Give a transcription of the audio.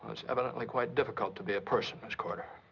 it's evidently quite difficult to be a person, miss corder.